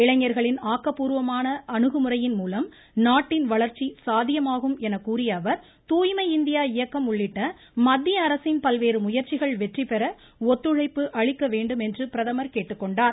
இளைஞா்களின் ஆக்கப்பூர்வமான அணுகுமுறையின் மூலம் நாட்டின் வளர்ச்சி சாத்தியமாகும் எனக்கூறிய அவர் தூய்மை இந்தியா இயக்கம் உள்ளிட்ட மத்திய அரசின் பல்வேறு முயற்சிகள் வெற்றி பெற ஒத்துழைப்பு அளிக்க வேண்டும் என்றும் பிரதம்ா கேட்டுக்கொண்டார்